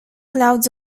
clouds